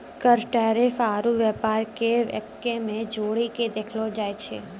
कर टैरिफ आरू व्यापार के एक्कै मे जोड़ीके देखलो जाए छै